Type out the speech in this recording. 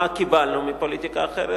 מה קיבלנו מפוליטיקה אחרת?